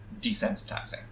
desensitizing